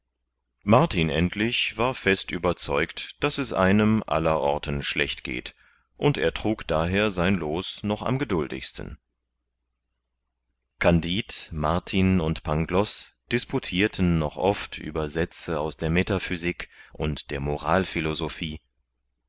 martin endlich war fest überzeugt daß es einem aller orten schlecht geht und ertrug daher sein loos noch am geduldigsten kandid martin und pangloß disputirten noch oft über sätze aus der metaphysik und der moralphilosophie